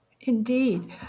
Indeed